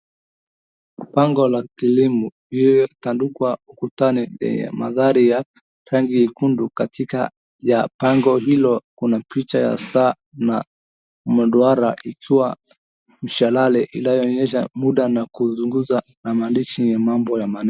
Bango la kilimo lililotandikwa ukutani, mandhari ya rangi nyekundu katika ya bango hilo kuna picha ya saa na maduara ikiwa na mshale inayoonyesha muda na kuzungusha na maandishi mambo manne.